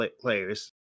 players